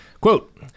Quote